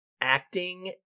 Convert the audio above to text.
acting